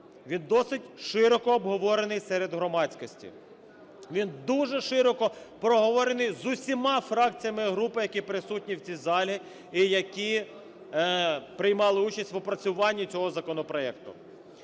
він досить широко обговорений серед громадськості, він дуже широко проговорений з усіма фракціями і групами, які присутні в цій залі і які приймали участь в опрацюванні цього законопроекту.